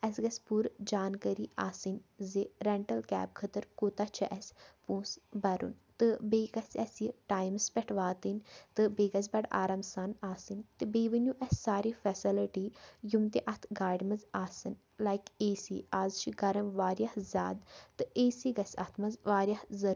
اسہِ گژھہِ پوٗرٕ جانکٲری آسٕنۍ زِ ریٚنٹَل کیب خٲطرٕ کوٗتاہ چھُ اسہِ پۄنٛسہٕ بھَرُن تہٕ بیٚیہِ گژھہِ اسہِ یہِ ٹایمَس پٮ۪ٹھ واتٕنۍ تہٕ بیٚیہِ گژھہِ بَڑٕ آرام سان آسٕنۍ تہٕ بیٚیہِ ؤنِو اسہِ سارے فیسَلٹی یِم تہِ اَتھ گاڑِ منٛز آسَن لایک اے سی آز چھُ گَرم واریاہ زیادٕ تہٕ اے سی گژھہِ اَتھ منٛز وارِیاہ ضر